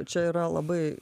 čia yra labai